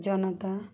জনতা